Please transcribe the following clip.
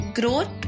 growth